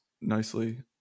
nicely